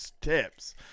tips